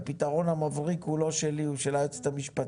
הפתרון המבריק הוא לא שלי אלא של היועצת המשפטית